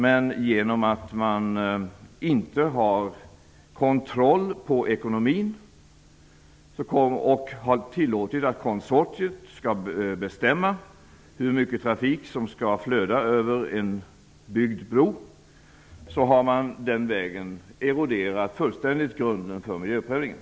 Men genom att man inte har kontroll på ekonomin och har tillåtit att konsortiet skall bestämma hur mycket trafik som skall flöda över en byggd bro, har man fullständigt eroderat grunden för miljöprövningen.